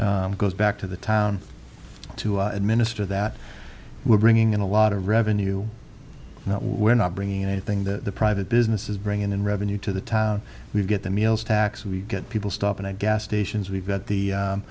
goes back to the town to administer that we're bringing in a lot of revenue we're not bringing in anything the private business is bringing in revenue to the town we get the meals tax we get people stop and gas stations we've got the